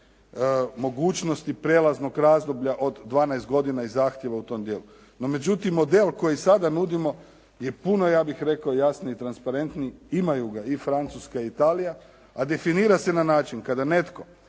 mogućnosti prijelaznog razdoblja od 12 godina i zahtjeva u tom dijelu. No, međutim, model koji sada nudimo je puno ja bih rekao jasniji i transparentniji, imaju ga i Francuska i Italija, a definira se na način kada netko